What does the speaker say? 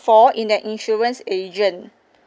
for in the insurance agent